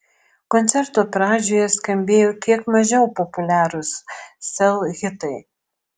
koncerto pradžioje skambėjo kiek mažiau populiarūs sel hitai